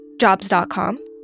Jobs.com